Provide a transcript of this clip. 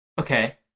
Okay